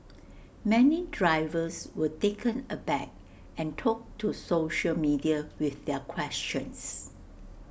many drivers were taken aback and took to social media with their questions